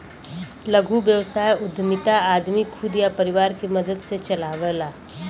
लघु व्यवसाय उद्यमिता आदमी खुद या परिवार के मदद से चलावला